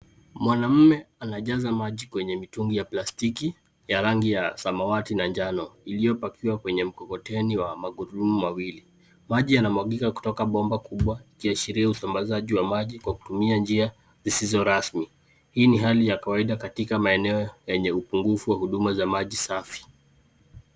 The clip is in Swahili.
Mwanaume anajaza maji kwenye mitungi ya plastiki ya rangi ya samawati na njano iliyopakiwa kwenye mkokoteni wa magurudumu mawili . Maji yanamwagika kutoka bomba kubwa ikiashiria usambazaji wa maji kwa kutumia njia zisizo rasmi. Hii ni hali ya kawaida katika maeneo yenye upungufu wa maji safi.